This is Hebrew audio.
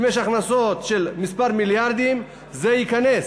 אם יש הכנסות של כמה מיליארדים, זה ייכנס,